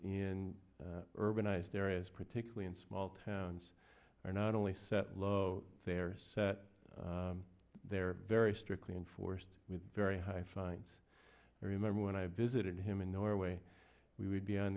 urbanized areas particularly in small towns are not only set low they're set they're very strictly enforced with very high fines remember when i visited him in norway we would be on